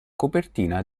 coperta